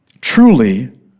Truly